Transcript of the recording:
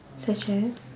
such as